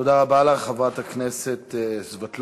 תודה רבה לך, חברת הכנסת סבטלובה.